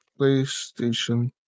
Playstation